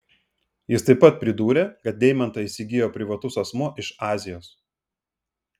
jis taip pat pridūrė kad deimantą įsigijo privatus asmuo iš azijos